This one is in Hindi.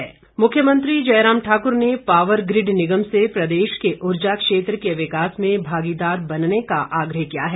मुख्यमंत्री मुख्यमंत्री जयराम ठाकुर ने पावर ग्रिड निगम से प्रदेश के ऊर्जा क्षेत्र के विकास में भागीदार बनने का आग्रह किया है